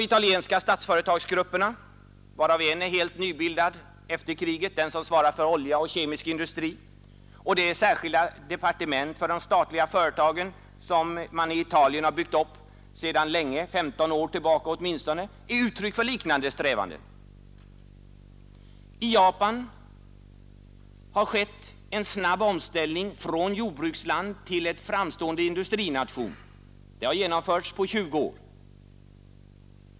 Italiens statsföretagsgrupper — varav en är helt nybildad efter kriget, nämligen den som svarar för olja och kemisk industri — och det särskilda departement för de statliga företagen, som inrättades för åtminstone 15 år sedan, är uttryck för sådana strävanden. I Japan har omställningen från jordbruksland till framstående industrination genomförts på 20 år.